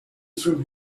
from